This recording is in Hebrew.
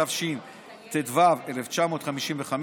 התשט"ו 1955,